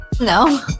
no